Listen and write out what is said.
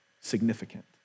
significant